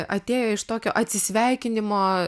atėjo iš tokio atsisveikinimo